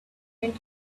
went